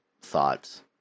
thoughts